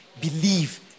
believe